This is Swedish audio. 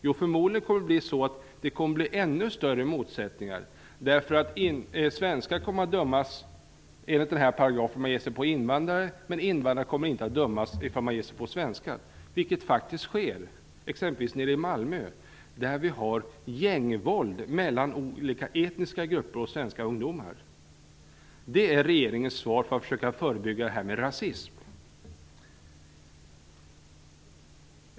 Jo, förmodligen kommer det att bli ännu större motsättningar: Svenskar kommer att dömas enligt den här paragrafen om de ger sig på invandrare, men invandrare kommer inte att dömas ifall de ger sig på svenskar, vilket faktiskt sker, exempelvis nere i Malmö, där det förekommer gängvåld mellan olika etniska grupper och svenska ungdomar. -- Det är regeringens svar på uppmaningen att försöka förebygga rasism.